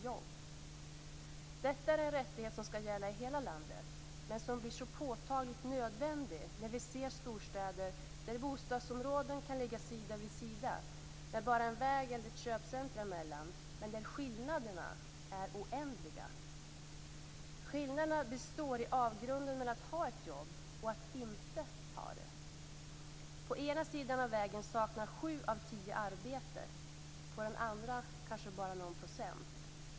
Detta är en rättighet som skall gälla hela landet men som blir så påtagligt nödvändig när vi ser storstäder där bostadsområden kan ligga sida vid sida med bara en väg eller ett köpcentrum emellan men där skillnaderna är oändliga. Skillnaderna består i avgrunden mellan att ha ett jobb och att inte ha det. På ena sidan av vägen saknar sju av tio arbete, på den andra kanske bara någon procent.